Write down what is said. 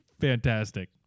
fantastic